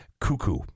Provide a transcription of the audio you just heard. Cuckoo